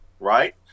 right